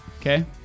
Okay